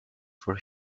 for